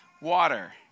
water